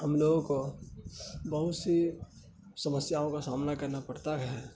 ہم لوگوں کو بہت سی سمسیاؤں کا سامنا کرنا پڑتا ہے